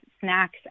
snacks